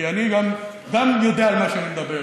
כי אני יודע על מה אני מדבר,